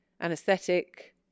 anesthetic